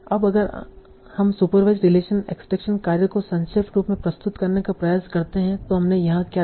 अब अगर हम सुपरवाईसड रिलेशनस एक्सट्रैक्शन कार्य को संक्षेप में प्रस्तुत करने का प्रयास करते हैं तो हमने यहां क्या किया